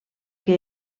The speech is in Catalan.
que